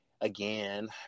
again